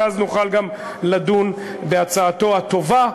ואז נוכל גם לדון בהצעתו הטובה,